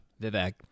Vivek